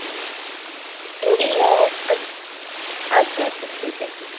अं एवढी हं अच्छा अच्छा ठीक आहे ठीक आहे